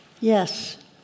Yes